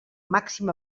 màxim